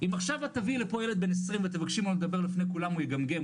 אם עכשיו את תביאי לפה ילד בן 20 ותבקשי ממנו לדבר לפני כולם הוא יגמגם,